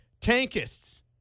Tankists